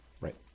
Right